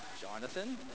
Jonathan